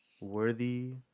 worthy